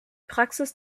praxis